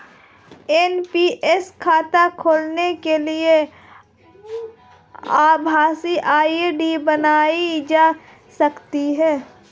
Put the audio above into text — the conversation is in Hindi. एन.पी.एस खाता खोलने के लिए आभासी आई.डी बनाई जा सकती है